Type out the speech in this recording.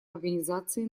организации